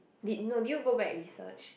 did no did you go back research